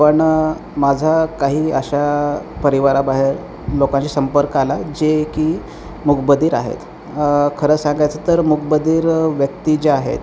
पण माझा काही अशा परिवाराबाहेर लोकांशी संपर्क आला जे की मूकबधिर आहेत खरं सांगायचं तर मूकबधिर व्यक्ती ज्या आहेत